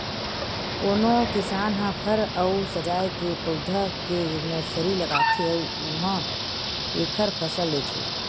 कोनो किसान ह फर अउ सजाए के पउधा के नरसरी लगाथे अउ उहां एखर फसल लेथे